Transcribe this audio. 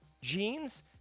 jeans